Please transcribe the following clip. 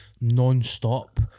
non-stop